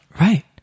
Right